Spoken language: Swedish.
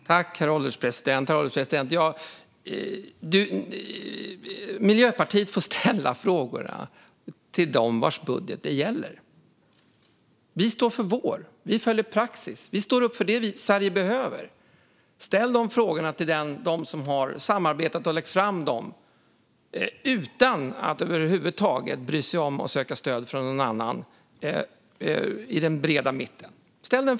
Herr ålderspresident! Miljöpartiet får ställa frågorna till dem vars budget det gäller. Vi står för vår budget. Vi följer praxis, och vi står upp för det Sverige behöver. Ställ frågorna till dem som har samarbetat och lagt fram förslagen utan att över huvud taget bry sig om att söka stöd från någon annan i den breda mitten!